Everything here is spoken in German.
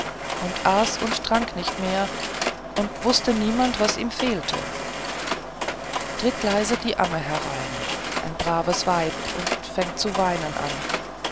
und aß und trank nicht mehr und wußte niemand was ihm fehle tritt leise die amme herein ein braves weib und fängt zu weinen an